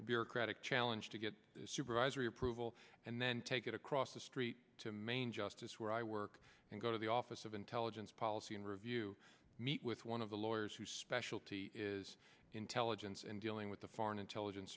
bureaucratic challenge to get supervisory approval and then take it across the street to main justice where i work and go to the office of intelligence policy and review meet with one of the lawyers who specialty is intelligence and dealing with the foreign intelligence